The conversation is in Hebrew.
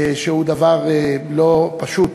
שהוא דבר לא פשוט,